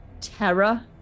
terror